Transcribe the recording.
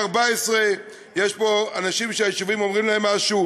14. יש פה אנשים שהיישובים אומרים להם משהו.